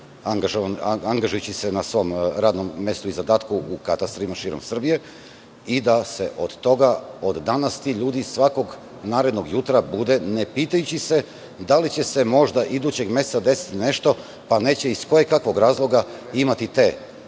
angažujući se na svom radnom mestu i zadatku u katastrima širom Srbije. Da se od danas ti ljudi svakog narednog jutra bude, ne pitajući se da li će se možda idućeg meseca desiti nešto, pa neće iz kojekakvog razloga imati te